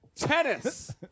Tennis